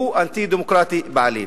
הוא אנטי-דמוקרטי בעליל.